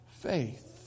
faith